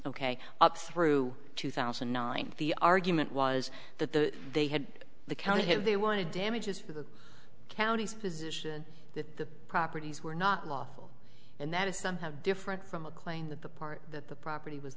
ok up through two thousand and nine the argument was that the they had the county who they wanted damages for the county's position that the properties were not lawful and that is somehow different from a claim that the part that the property was